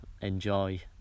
enjoy